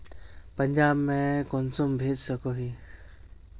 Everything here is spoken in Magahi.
पंजाब में कुंसम भेज सकोही?